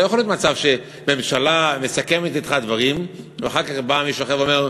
לא יכול להיות מצב שממשלה מסכמת אתך דברים ואחר כך בא מישהו אחר ואומר: